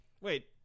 Wait